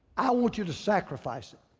i want you to sacrifice it.